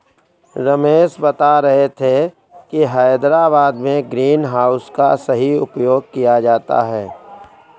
रमेश बता रहे थे कि हैदराबाद में ग्रीन हाउस का सही उपयोग किया जाता है